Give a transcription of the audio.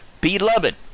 Beloved